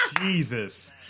Jesus